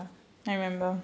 ya I remember